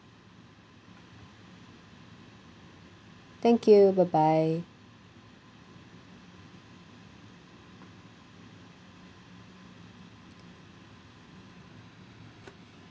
thank you bye bye